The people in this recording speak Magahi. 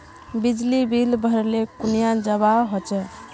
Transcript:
बिजली बिल भरले कुनियाँ जवा होचे?